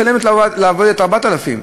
והיא משלמת לעובדת 4,000 שקלים.